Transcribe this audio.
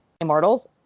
immortals